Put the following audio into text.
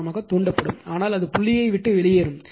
காரணமாக தூண்டப்படும் ஆனால் அது புள்ளியை விட்டு வெளியேறும்